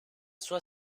sua